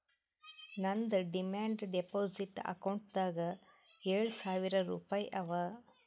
ನಂದ್ demand deposit ಅಕೌಂಟ್ನಾಗ್ ಏಳ್ ಸಾವಿರ್ ರುಪಾಯಿ ಅವಾ